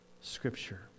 Scripture